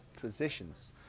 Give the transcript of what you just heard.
positions